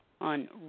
on